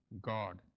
God